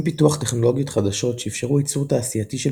עם פיתוח טכנולוגיות חדשות שאפשרו ייצור תעשייתי של